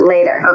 Later